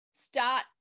start